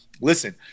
listen